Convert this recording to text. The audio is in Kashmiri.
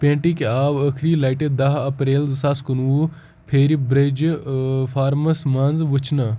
پیٹٕکۍ آو ٲخری لَٹہِ دہ اپریل زٕ ساس کُنوُہ پھیرِ برٛجہِ فارمس منٛز وٕچھنہٕ